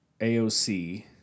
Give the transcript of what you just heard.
AOC